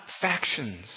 factions